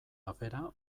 afera